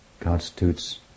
constitutes